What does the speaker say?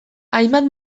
hainbat